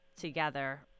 together